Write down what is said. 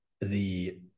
the-